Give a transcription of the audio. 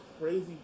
crazy